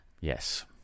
Yes